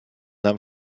nahm